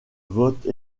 vote